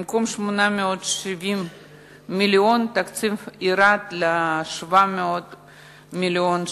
במקום 870 מיליון, התקציב ירד ל-700 מיליון ש"ח.